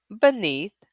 beneath